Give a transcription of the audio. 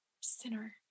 sinner